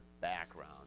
background